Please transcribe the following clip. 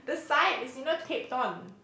the side is you know taped on